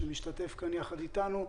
שמשתתף כאן בדיון יחד איתנו.